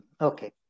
okay